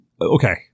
okay